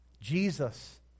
Jesus